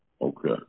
Okay